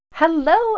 Hello